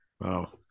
Wow